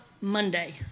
monday